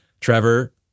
Trevor